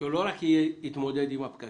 שהוא לא רק יתמודד עם הפקקים